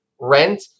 rent